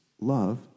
love